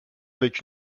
avec